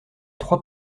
trois